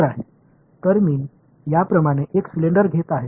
எனவே நான் இதைப் போன்ற ஒரு சிலிண்டரை எடுத்துக்கொள்கிறேன்